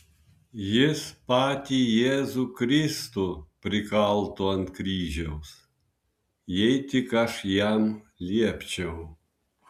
jis patį jėzų kristų prikaltų ant kryžiaus jei tik aš jam liepčiau